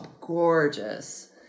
gorgeous